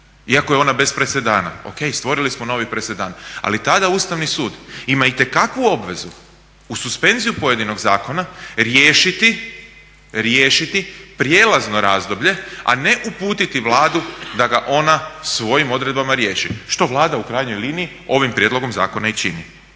iako je ona bez presedana. Ok, stvorili smo novi presedan, ali tada Ustavni sud ima itekakvu obvezu u suspenziju pojedinog zakona riješiti prijelazno razdoblje, a ne uputiti Vladu da ga ona svojim odredbama riješi, što Vlada u krajnjoj liniji ovim prijedlogom zakona i čini.